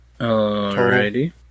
Alrighty